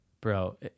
Bro